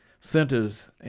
centers